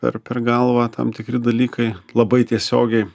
per per galvą tam tikri dalykai labai tiesiogiai